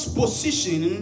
position